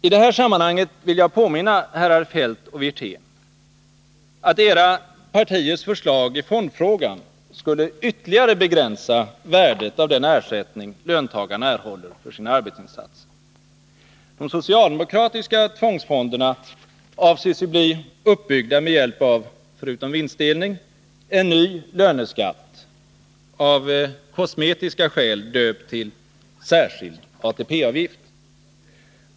I det här sammanhanget vill jag påminna herrar Feldt och Wirtén om att era partiers förslag i fondfrågan skulle ytterligare begränsa värdet av den ersättning löntagarna erhåller för sina arbetsinsatser. De socialdemokratiska tvångsfonderna avses ju bli uppbyggda med hjälp av, förutom vinstdelning, en ny löneskatt — av kosmetiska skäl döpt till ”särskild ATP-avgift”.